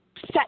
set